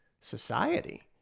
society